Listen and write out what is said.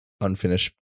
unfinished